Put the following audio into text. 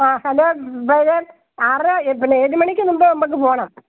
ആ ഹലോ വരാൻ ആറര എ പിന്നെ ഏഴുമണിക്ക് മുമ്പേ നമുക്ക് പോവണം